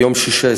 ביום שישי,